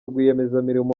rwiyemezamirimo